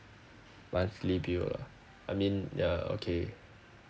monthly bill ah I mean ya okay